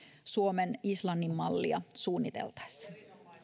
suomen islannin mallia suunniteltaessa